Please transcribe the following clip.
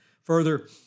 Further